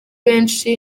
benshi